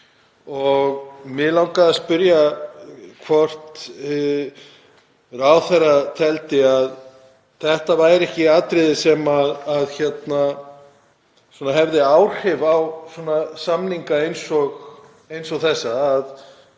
Mig langaði að spyrja hvort ráðherra teldi að þetta væri ekki atriði sem hefði áhrif á samninga eins og þessa, að